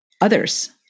others